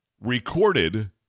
recorded